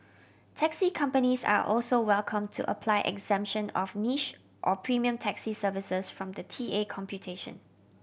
taxi companies are also welcome to apply exemption of niche or premium taxi services from the T A computation